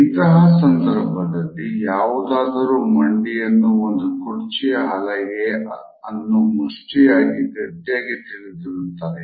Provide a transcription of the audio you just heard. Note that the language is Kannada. ಇಂತಹ ಸಂದರ್ಭಗಳಲ್ಲಿ ಯಾವುದಾದರೂ ಮಂಡಿಯನ್ನು ಅಥವಾ ಕುರ್ಚಿಯ ಹಲಗೆ ಅನ್ನು ಮುಷ್ಟಿ ಗಟ್ಟಿಯಾಗಿ ತಿಳಿದಿರುತ್ತದೆ